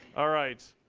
all right,